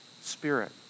Spirit